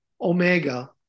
omega